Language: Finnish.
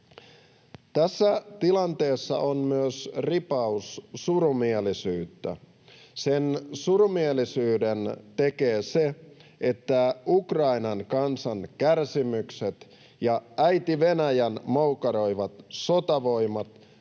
Tässä tilanteessa on myös ripaus surumielisyyttä. Sen surumielisyyden tekee se, että Ukrainan kansan kärsimykset ja äiti Venäjän moukaroivat sotavoimat